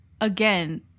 again